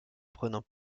prenant